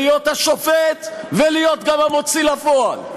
להיות השופט ולהיות גם המוציא לפועל.